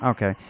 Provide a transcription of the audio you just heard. Okay